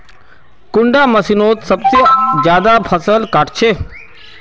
कुंडा मशीनोत सबसे ज्यादा फसल काट छै?